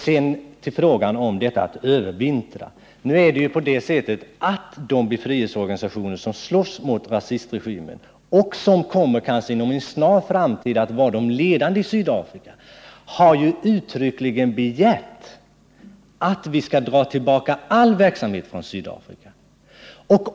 Sedan till frågan om detta att övervintra. De befrielseorganisationer som slåss mot rasistregimen och som inom en snar framtid kanske kommer att vara de ledande i Sydafrika har ju uttryckligen begärt att vi skall dra tillbaka all verksamhet från landet.